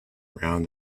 around